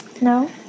No